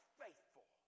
faithful